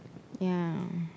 ya